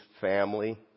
family